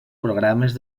programes